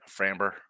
Framber